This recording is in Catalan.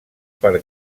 per